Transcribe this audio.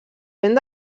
vent